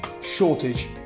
shortage